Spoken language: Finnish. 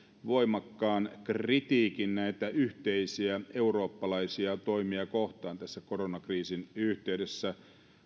voimakkaan kritiikin näitä yhteisiä eurooppalaisia toimia kohtaan tässä koronakriisin yhteydessä